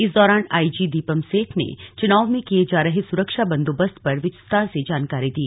इस दौरान आईजी दीपम सेठ ने चुनाव में किए जा रहे सुरक्षा बंदोबस्त पर विस्तार से जानकारी दी